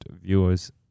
viewers